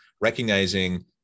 recognizing